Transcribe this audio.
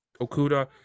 Okuda